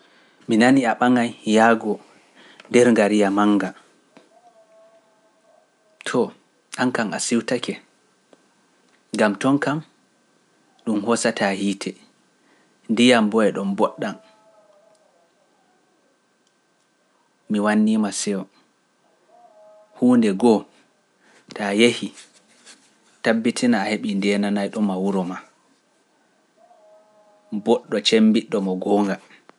Mi nani a ɓaŋay yaago nder ngariya mannga, too, an kam a siwtake, gam ton kam ɗum hosataa hiite, ndiyam boo e ɗon mboɗɗam, mi wannima seyo, huunde goo, taa yehi, tabbitina a heɓi ndeenanayɗo ma wuro ma, mboɗɗo cemmbiɗɗo mo goonga.